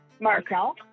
Marcel